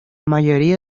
mayoría